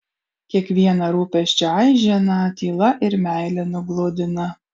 kiekvieną rūpesčio aiženą tyla ir meile nugludina